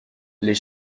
les